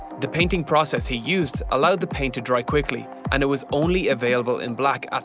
the painting process he used allowed the paint to dry quickly, and it was only available in black.